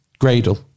Gradle